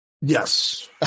Yes